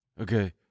Okay